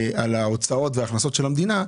על ההוצאות ועל ההכנסות של המדינה,